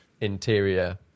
interior